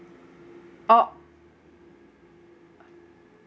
oh